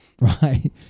Right